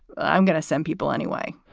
i'm going to send people anyway,